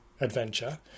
adventure